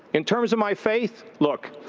in terms of my faith, look,